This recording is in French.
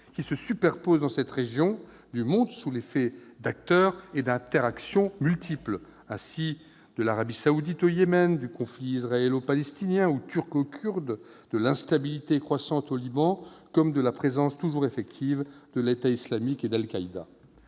qui se superposent dans cette région du monde sous l'effet d'acteurs et d'interactions multiples : ainsi de l'Arabie saoudite au Yémen, du conflit israélo-palestinien ou turco-kurde, de l'instabilité croissante au Liban comme de la présence toujours effective de l'État islamique et d'Al-Qaïda.